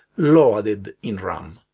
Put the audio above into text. loaded in ram